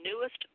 newest